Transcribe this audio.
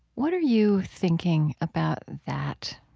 what are you thinking about that?